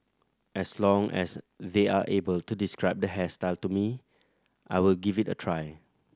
as long as they are able to describe the hairstyle to me I will give it a try